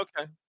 Okay